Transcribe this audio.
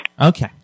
Okay